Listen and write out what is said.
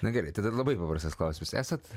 na gerai tada labai paprastas klausimas esat